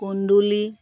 কুন্দুলি